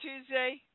Tuesday